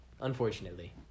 Unfortunately